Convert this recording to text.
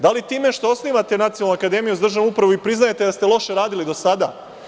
Da li time što osnivate Nacionalnu akademiju za državnu upravu, vi priznajete da ste loše radili do sada?